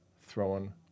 thrown